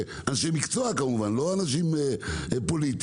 אנשי מקצוע כמובן לא אנשים פוליטיים,